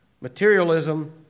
materialism